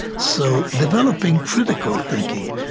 so developing critical thinking,